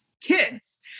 kids